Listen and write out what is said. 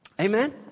Amen